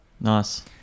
nice